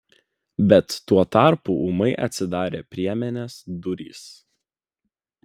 bet tuo tarpu ūmai atsidarė priemenės durys